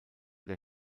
der